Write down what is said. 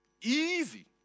Easy